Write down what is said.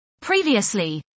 Previously